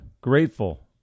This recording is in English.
grateful